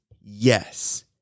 yes